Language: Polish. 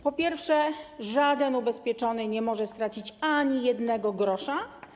Po pierwsze, żaden ubezpieczony nie może stracić ani jednego grosza.